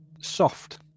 soft